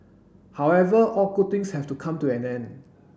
however all good things have to come to an end